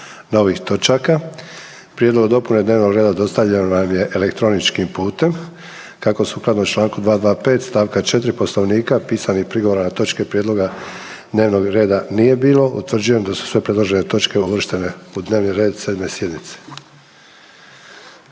novih točaka. Prijedlog dopune dnevnog reda dostavljen vam je elektroničkim putem. Kako sukladno čl. 225. st. 4. Poslovnika pisanih prigovora na točke prijedloga dnevnog reda nije bilo, utvrđujem da su sve predložene točke uvrštene u dnevni red 7. sjednice.